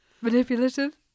manipulative